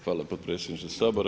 Hvala potpredsjedniče Sabora.